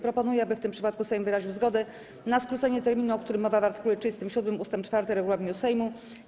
Proponuję, aby w tym przypadku Sejm wyraził zgodę na skrócenie terminu, o którym mowa w art. 37 ust. 4 regulaminu Sejmu.